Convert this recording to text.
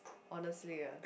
honestly ah